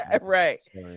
Right